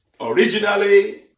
originally